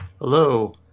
Hello